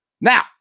now